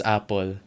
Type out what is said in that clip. Apple